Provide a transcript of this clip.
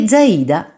Zaida